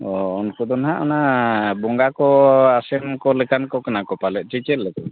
ᱚᱻ ᱩᱱᱠᱩ ᱫᱚ ᱦᱟᱜ ᱚᱱᱟ ᱵᱚᱸᱜᱟ ᱠᱚ ᱟᱥᱮᱱ ᱠᱚ ᱞᱮᱠᱟ ᱠᱚ ᱠᱟᱱᱟ ᱠᱚ ᱯᱟᱞᱮᱱ ᱥᱮ ᱪᱮᱫᱞᱮᱠᱟ